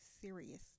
serious